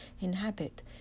inhabit